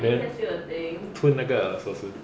then 吞那个锁匙